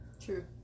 True